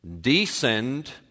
descend